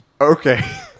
Okay